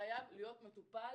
חייב להיות מטופל,